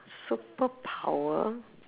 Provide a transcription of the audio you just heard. superpower